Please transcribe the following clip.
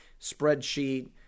spreadsheet